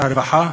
שר הרווחה,